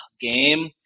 game